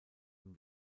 und